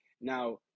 Now